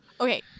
Okay